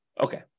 Okay